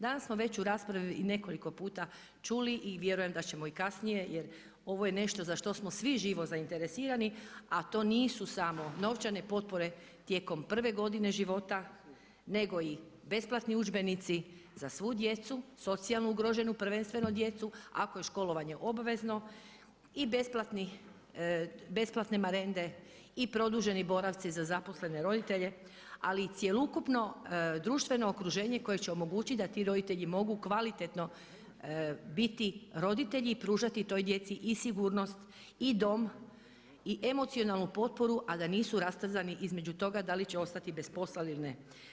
Danas smo već u raspravi i nekoliko puta čuli i vjerujem da ćemo i kasnije, jer ovo je nešto za što smo svi živo zainteresirani, a to nisu samo novčane potpore tijekom prve godine života, nego i besplatni udžbenici za svu djecu socijalno ugroženu prvenstveno djecu ako je školovanje obavezno i besplatne marende i produženi boravci za zaposlene roditelje ali i cjelokupno društveno okruženje koje će omogućiti da ti roditelji mogu kvalitetno biti roditelji i pružati toj djeci i sigurnost i dom i emocionalnu potporu, a da nisu rastrzani između toga da li će ostati bez posla ili ne.